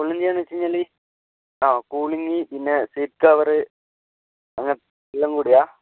ഫുള്ളും ചെയ്യാം എന്ന് വെച്ചുകഴിഞ്ഞാൽ ആ കൂളിങ്ങ് പിന്നെ സീറ്റ് കവറ് അങ്ങനെ എല്ലാം കൂടിയാണ്